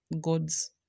God's